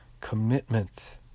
commitment